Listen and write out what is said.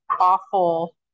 awful